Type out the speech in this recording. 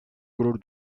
gurur